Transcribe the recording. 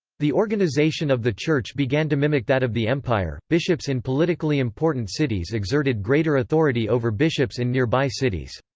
the organization of the church began to mimic that of the empire bishops in politically important cities exerted greater authority over bishops in nearby cities.